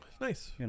Nice